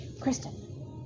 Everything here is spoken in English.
Kristen